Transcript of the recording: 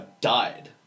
died